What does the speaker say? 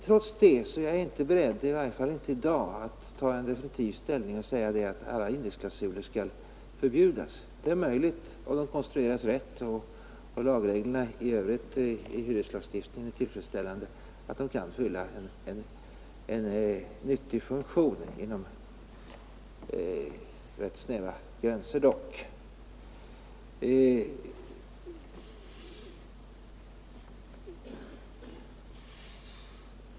Trots det är jag inte beredd — i varje fall inte i dag — att ta definitiv ställning och säga att alla indexklausuler skall förbjudas. Det är möjligt, om de konstrueras rätt och lagreglerna i hyreslagstiftningen i övrigt är tillfredsställande, att de kan fylla en nyttig funktion dock inom rätt snäva gränser.